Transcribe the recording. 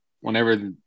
whenever